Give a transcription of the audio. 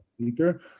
speaker